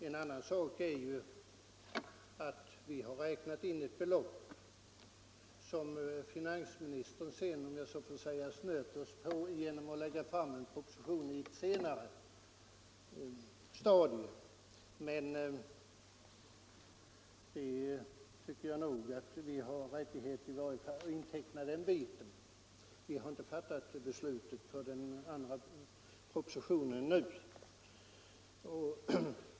En annan sak är att vi har räknat in ett belopp som finansministern sedan, om jag så får säga, snöt oss på genom att lägga fram en proposition på ett senare stadium. Men jag tycker att vi har rätt att inteckna den biten, och beslutet om den nämnda propositionen har inte fattats ännu.